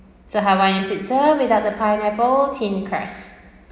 so hawaiian pizza without the pineapple thin crust